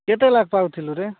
କେତେ ଲାଖ ପାଉଥିଲୁରେ